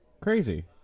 Crazy